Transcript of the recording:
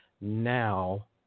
now